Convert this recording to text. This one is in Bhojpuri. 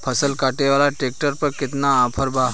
फसल काटे वाला ट्रैक्टर पर केतना ऑफर बा?